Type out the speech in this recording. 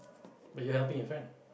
but you helping your friend